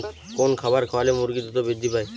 কোন খাবার খাওয়ালে মুরগি দ্রুত বৃদ্ধি পায়?